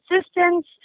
assistance